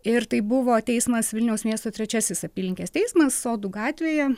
ir tai buvo teismas vilniaus miesto trečiasis apylinkės teismas sodų gatvėje